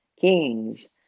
kings